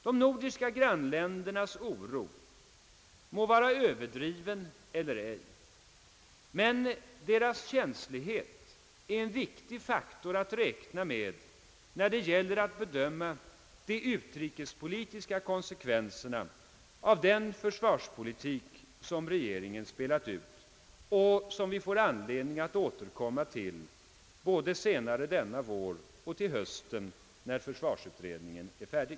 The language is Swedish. De nordiska grannländer nas oro må vara överdriven eller ej, men deras känslighet är en viktig faktor att räkna med när det gäller att bedöma de utrikespolitiska konsekvenserna av den försvarspolitik, som regeringen spelat ut och som vi får anledning att återkomma till både senare denna vår och till hösten när försvarsutredningen är färdig.